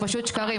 זה פשוט שקרים.